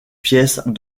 pièces